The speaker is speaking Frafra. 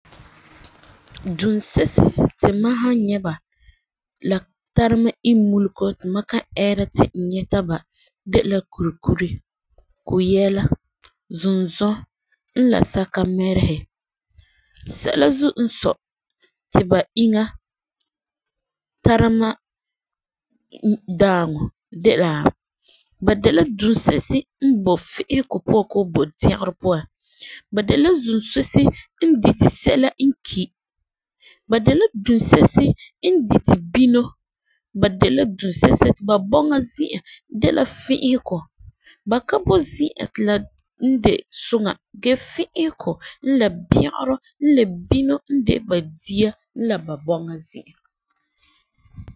Dunsesi ti mam han nyɛ ba ti la tara mam immulugɔ ti kan ɛɛra ti nyɛ ba de la kurikuri, kuyɛɛla, zunzɔ, n la sakamɛrihe. Sɛla zuo n sɔi ti ba inya tara mam daaŋɔ de la, ba de la dunsesi n boi fee'ɛsegɔ puan bii dɛgerɔ puan. Ba de la dunsesi n diti sɛla n ki. Ba de la dunsesi ti ba bɔŋa zi'an de la fe'ɛsegɔ. Ba ka boi zi'an ti la de duŋa gee fe'ɛsegɔ n la dɛgerɔ n la bunɔ n de ba dia n la ba bɔŋa zi'an.